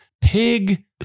pig